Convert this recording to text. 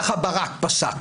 ככה ברק פסק.